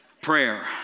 Prayer